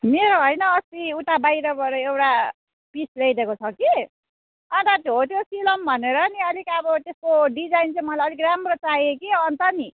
मेरो होइन अस्ति उता बाहिरबाट एउटा पिस ल्याइदिएको छ कि अन्त हो त्यो सिलाउँ भनेर नि अलिक अब त्यसको डिजाइन चाहिँ मलाई अलिक राम्रो चाहियो कि अन्त नि